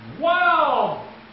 Wow